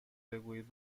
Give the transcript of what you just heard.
بگویید